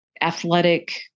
athletic